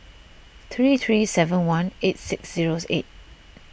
three three seven one eight six zero eight